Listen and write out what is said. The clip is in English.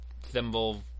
Thimble